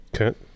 Okay